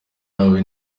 ahamwe